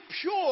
pure